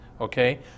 okay